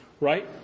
right